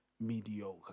mediocre